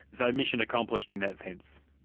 so mission accomplished, in that sense?